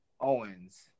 Owens